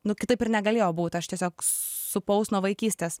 nu kitaip ir negalėjo būt aš tiesiog supaus nuo vaikystės